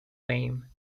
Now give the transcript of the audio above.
fame